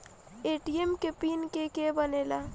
ATM के pin के के बनेला?